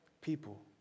people